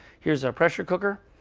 here's our pressure cooker.